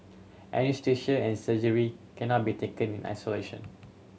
anaesthesia and surgery cannot be taken in isolation